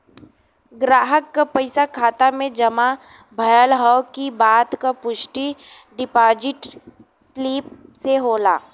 ग्राहक क पइसा खाता में जमा भयल हौ इ बात क पुष्टि डिपाजिट स्लिप से होला